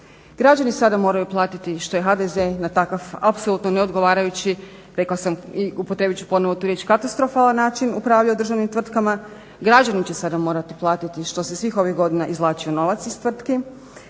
Građani sada moraju platiti što je HDZ na takav apsolutno neodgovarajući, rekla sam i upotrijebit ću ponovno tu riječ, katastrofalan način upravljao državnim tvrtkama, građani će sada morati platiti što se svih ovih godina izvlačio novac iz tvrtki,